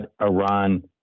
Iran